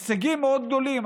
הישגים מאוד גדולים.